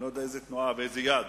אני לא יודע איזו תנועה ואיזו יד